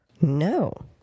No